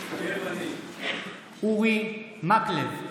מתחייב אני אורי מקלב,